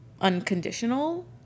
unconditional